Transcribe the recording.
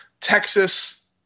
Texas